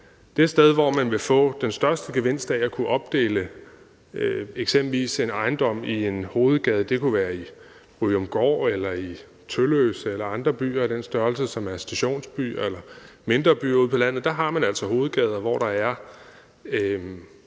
De steder, hvor man vil få den største gevinst af at kunne opdele eksempelvis en ejendom i en hovedgade, kunne være i Ryomgård, i Tølløse eller andre byer af den størrelse, som er en stationsby eller mindre byer ude på landet. Der har man altså hovedgader, hvor der er